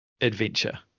adventure